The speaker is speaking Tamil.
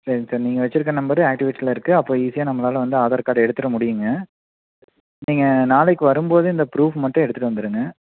சரிங்க சார் நீங்கள் வச்சிருக்க நம்பரு ஆக்டிவேட்டில் இருக்குது அப்போ ஈஸியாக நம்மளால் வந்து ஆதார் கார்ட் எடுத்துவிட முடியுங்க நீங்கள் நாளைக்கு வரும்போது இந்த ப்ரூஃப் மட்டும் எடுத்துகிட்டு வந்துடுங்க